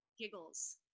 Giggles